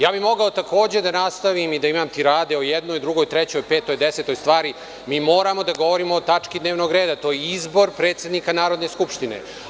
Ja bih mogao takođe da nastavim i da imam tirade o jednoj, drugoj, trećoj, petoj, desetoj stvari, ali mi moramo da govorimo o tački dnevnog reda, a to je izbor predsednika Narodne skupštine.